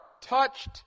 touched